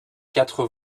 quatres